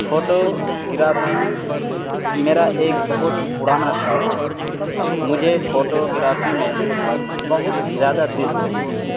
photography میرا ایک بہت پرانا شوق ہے مجھے فوٹوگرافی میں بہت زیادہ دلچسپی ہے